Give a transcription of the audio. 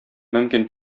мөмкин